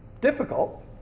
difficult